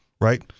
right